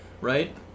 right